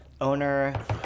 owner